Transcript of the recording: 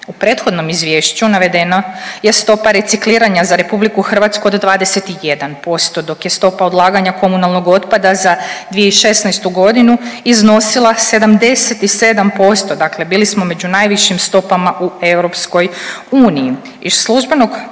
U prethodnom izvješću navedena je stopa recikliranja za RH od 21% dok je stopa odlaganja komunalnog otpada za 2016. iznosila 77%, dakle bili smo među najvišim stopama u EU. Iz službenog